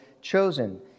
chosen